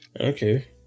Okay